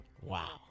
Wow